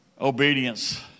Obedience